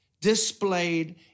displayed